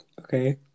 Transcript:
Okay